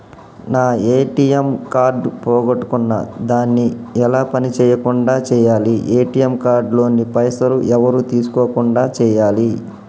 నా ATM card పోగొట్టుకున్నా దాన్ని ఎలా పని చేయకుండా చేయాలి ఏ.టి.ఎమ్ కార్డు లోని పైసలు ఎవరు తీసుకోకుండా చేయాలి?